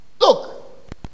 look